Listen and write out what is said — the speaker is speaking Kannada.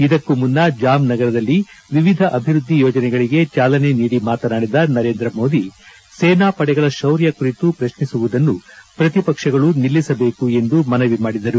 ಇದಕ್ಕೂ ಮುನ್ನ ಜಾಮ್ ನಗರದಲ್ಲಿ ವಿವಿಧ ಅಭಿವೃದ್ಧಿ ಯೋಜನೆಗಳಿಗೆ ಚಾಲನೆ ನೀಡಿ ಮತನಾಡಿದ ನರೇಂದ್ರ ಮೋದಿ ಸೇನಾಪಡೆಗಳ ಶೌರ್ಯ ಕುರಿತು ಪ್ರಶ್ನಿಸುವುದನ್ನು ಪ್ರತಿಪಕ್ಷಗಳು ನಿಲ್ಲಿಸಬೇಕು ಎಂದು ಮನವಿ ಮಾಡಿದರು